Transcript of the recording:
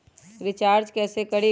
Recharge कैसे करीब?